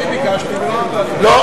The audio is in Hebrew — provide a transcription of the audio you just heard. אני ביקשתי, והוא